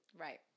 Right